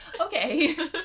Okay